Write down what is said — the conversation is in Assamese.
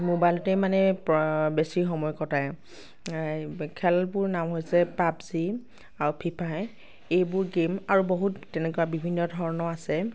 মোবাইলতে মানে বেছি সময় কটায় এই খেলবোৰৰ নাম হৈছে পাব জি ফ্ৰী ফায়াৰ এইবোৰ গেইম আৰু বহুত তেনেকুৱা বিভিন্ন ধৰণৰ আছে